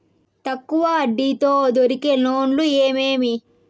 తక్కువ వడ్డీ తో దొరికే లోన్లు ఏమేమి